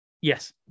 Yes